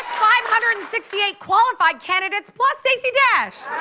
five hundred and sixty eight qualified candidates plus stacey dash.